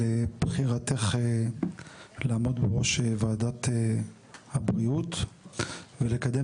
על בחירתך לעמוד בראש וועדת הבריאות ולקדם